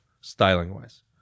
styling-wise